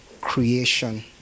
creation